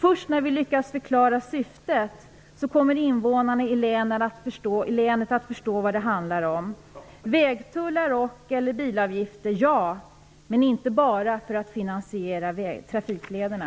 Först när vi lyckats förklara syftet kommer invånarna i länet att förstå vad det handlar om. Vägtullar och/eller bilavgifter - ja, men inte bara för att finansiera trafiklederna.